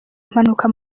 impanuka